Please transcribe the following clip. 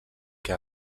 que